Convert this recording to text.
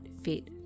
fit